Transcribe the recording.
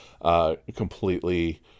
completely